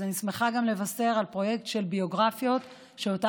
אני שמחה גם לבשר על פרויקט של ביוגרפיות שאותו